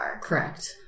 Correct